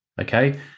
Okay